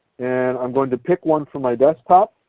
and i am going to pick one from my desktop.